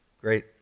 great